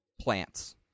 plants